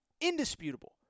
indisputable